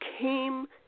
came